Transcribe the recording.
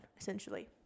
essentially